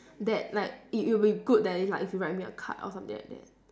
that like it it would be good than if like if you write me a card or something like that